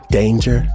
danger